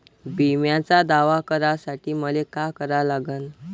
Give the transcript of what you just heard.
बिम्याचा दावा करा साठी मले का करा लागन?